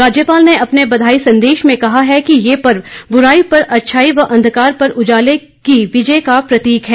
राज्यपाल ने अपने बधाई संदेश में कहा कि ये पर्व बुराई पर अच्छाई व अंधकार पर उजाले की विजय का प्रतीक है